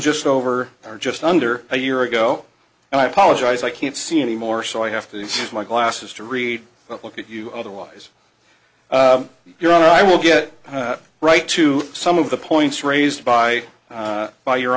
just over or just under a year ago and i apologize i can't see any more so i have to use my glasses to read but look at you otherwise your honor i will get right to some of the points raised by by your